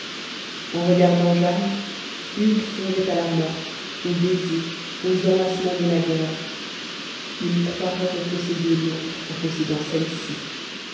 en regardant jane hugues songeait à la morte aux baisers aux enlacements de naguère il croirait reposséder l'autre en possédant celle-ci